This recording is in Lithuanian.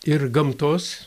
ir gamtos